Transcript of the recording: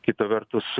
kita vertus